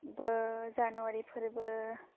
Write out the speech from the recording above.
बो जानुवारि फोरबो